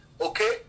okay